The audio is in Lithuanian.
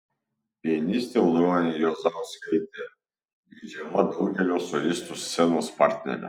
pianistė audronė juozauskaitė geidžiama daugelio solistų scenos partnerė